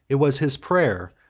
it was his prayer,